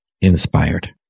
inspired